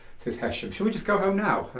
says hesham. should we just go home now?